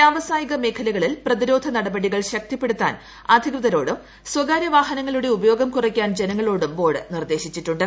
വ്യാവസായിക മേഖലകളിൽ പ്രതിരോധ നടപടികൾ ശക്തിപ്പെടുത്താൻ അധികൃതരോടും സ്വകാര്യ വാഹനങ്ങളുടെ ഉപയോഗം ജനങ്ങളോടും ബോർഡ് നിർദ്ദേശിച്ചിട്ടുണ്ട്